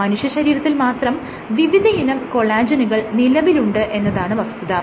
മനുഷ്യശരീരത്തിൽ മാത്രം വിവിധയിനം കൊളാജെനുകൾ നിലവിലുണ്ട് എന്നതാണ് വസ്തുത